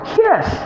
yes